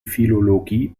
philologie